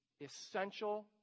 essential